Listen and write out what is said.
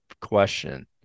question